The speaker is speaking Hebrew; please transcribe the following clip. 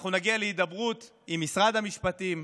אנחנו נגיע להידברות עם משרד המשפטים,